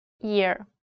Year